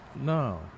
no